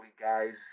guys